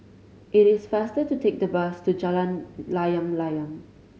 it is faster to take the bus to Jalan Layang Layang